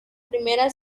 primera